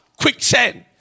quicksand